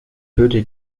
führte